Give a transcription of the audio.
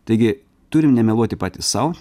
taigi turim nemeluoti patys sau